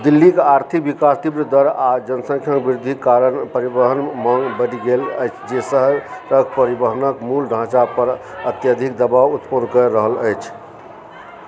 दिल्लीक आर्थिक विकासक तीव्र दर आ जनसङ्ख्या वृद्धिक कारण परिवहनक माँग बढ़ि गेल अछि जे शहरक परिवहनक मूल ढाँचा पर अत्यधिक दबाव उत्पन्न कऽ रहल अछि